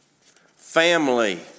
family